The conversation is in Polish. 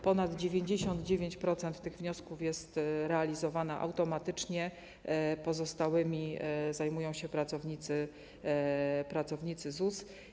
Ponad 99% tych wniosków jest realizowanych automatycznie, pozostałymi zajmują się pracownicy ZUS.